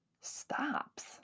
stops